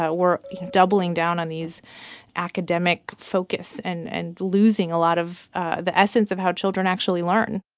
ah we're doubling down on these academic focus and and losing a lot of the essence of how children actually learn